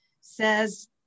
says